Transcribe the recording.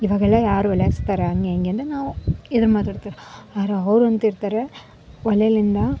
ಇವಾಗೆಲ್ಲ ಯಾರು ಒಲೆ ಹಚ್ತಾರೆ ಹಂಗೆ ಹಿಂಗೆ ಅಂದರೆ ನಾವು ಎದ್ರು ಮಾತಾಡ್ತಿರು ಆರು ಅವ್ರು ಅಂತಿರ್ತಾರೆ ಒಲೆಯಿಂದ